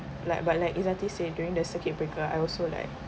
like but like ezati say during the circuit breaker I also like